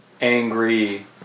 angry